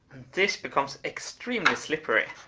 this becomes extremely slippery.